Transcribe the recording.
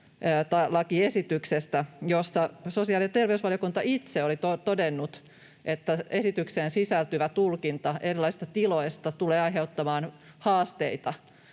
lakiesityksestä, josta sosiaali- ja terveysvaliokunta itse oli todennut, että esitykseen sisältyvä tulkinta erilaisista tiloista tulee aiheuttamaan haasteita